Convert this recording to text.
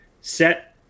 set